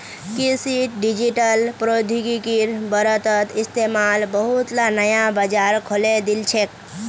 कृषित डिजिटल प्रौद्योगिकिर बढ़ त इस्तमाल बहुतला नया बाजार खोले दिल छेक